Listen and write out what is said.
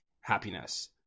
happiness